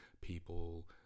people